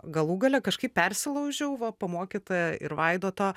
galų gale kažkaip persilaužiau va pamokyta ir vaidoto